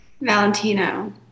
Valentino